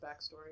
backstory